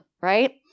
Right